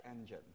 engine